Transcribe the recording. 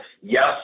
yes